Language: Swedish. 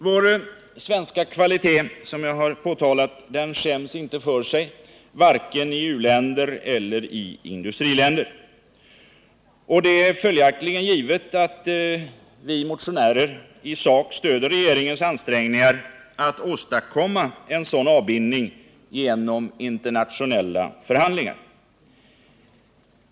Vår svenska kvalitet, som jag har talat om, skäms inte för sig, varken i u-länder eller i industriländer. Det är följaktligen givet att vi motionärer i sak stöder regeringens ansträngningar att åstadkomma en sådan avbindning genom internationella förhandlingar.